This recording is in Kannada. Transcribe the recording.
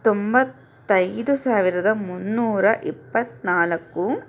ತೊಂಬತ್ತೈದು ಸಾವಿರದ ಮುನ್ನೂರ ಇಪ್ಪತ್ನಾಲ್ಕು